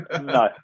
No